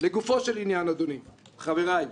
לגופו של עניין, אדוני, חבריי,